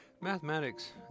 Mathematics